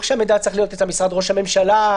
שהמידע צריך להיות במשרד ראש הממשלה,